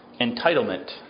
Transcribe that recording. entitlement